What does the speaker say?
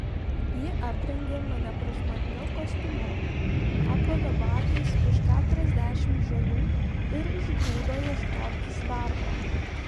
ji aprengė mane prašmatniu kostiumu apavė batais už keturiasdešimt žalių ir išgrūdo ieškotis darbo